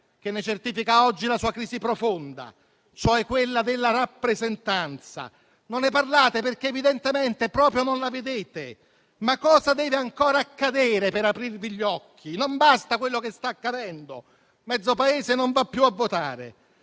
che ne certifica oggi la crisi profonda, cioè la rappresentanza. Non ne parlate perché evidentemente proprio non la vedete. Ma cosa deve ancora accadere per aprirvi gli occhi? Non basta quello che sta accadendo? Mezzo Paese non va più a votare